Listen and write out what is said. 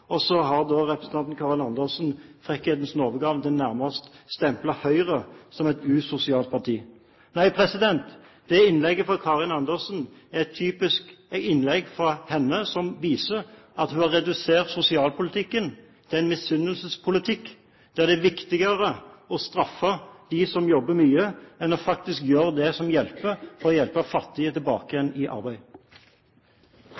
og så har representanten Karin Andersen den frekkhetens nådegave nærmest å stemple Høyre som et usosialt parti. Innlegget fra Karin Andersen er et typisk innlegg fra henne, et innlegg som viser at hun har redusert sosialpolitikken til en misunnelsespolitikk, der det er viktigere å straffe dem som jobber mye, enn å gjøre det som hjelper: hjelpe fattige tilbake